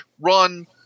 run